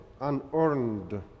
unearned